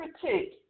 critique